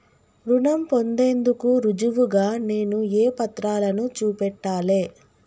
రుణం పొందేందుకు రుజువుగా నేను ఏ పత్రాలను చూపెట్టాలె?